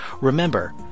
Remember